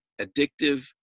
addictive